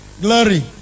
Glory